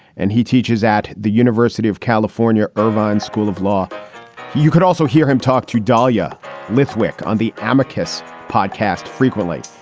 and he teaches at the university of california, irvine school of law you could also hear him talk to dahlia lithwick on the amicus podcast frequently.